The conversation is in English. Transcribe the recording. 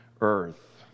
earth